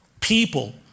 People